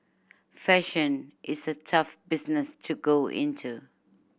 fashion is a tough business to go into